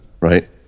right